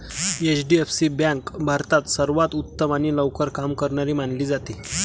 HDFC bank भारतात सर्वांत उत्तम आणि लवकर काम करणारी मानली जाते